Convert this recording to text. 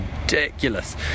ridiculous